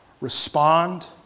respond